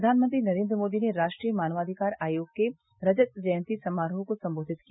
प्रधानमंत्री नरेन्द्र मोदी ने राष्ट्रीय मानवाधिकार आयोग के रजत जयंती समारोह को संबोधित किया